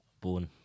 Born